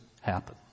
happen